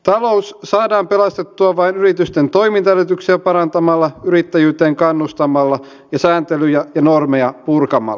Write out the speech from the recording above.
talous saadaan pelastettua vain yritysten toimintaedellytyksiä parantamalla yrittäjyyteen kannustamalla ja sääntelyjä ja normeja purkamalla